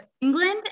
england